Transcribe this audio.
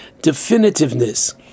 definitiveness